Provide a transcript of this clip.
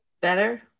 Better